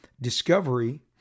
discovery